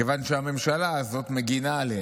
כיוון שהממשלה הזאת מגינה עליהם.